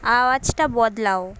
আওয়াজটা বদলাও